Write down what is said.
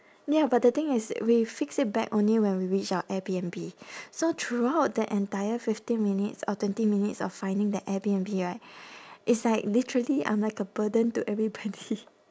ya but the thing is we fix it back only when we reach our airbnb so throughout the entire fifteen minutes or twenty minutes of finding the airbnb right is like literally I'm like a burden to everybody